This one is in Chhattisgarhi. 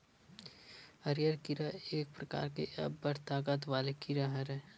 हरियर कीरा एक परकार के अब्बड़ ताकत वाले कीरा हरय